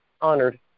honored